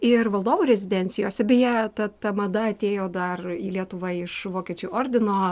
ir valdovų rezidencijose beje ta ta mada atėjo dar į lietuvą iš vokiečių ordino